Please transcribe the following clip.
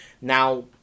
Now